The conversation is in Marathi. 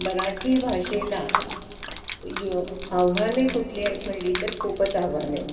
मराठी भाषेला यो आव्हाने कुठली आहेत म्हणली तर खूपच आव्हान आहेत